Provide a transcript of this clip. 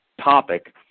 topic